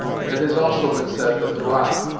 and it has also been said that the rock,